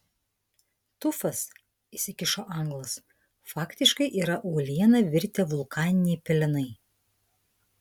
tufas įsikišo anglas faktiškai yra uoliena virtę vulkaniniai pelenai